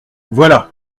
voilà